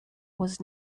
was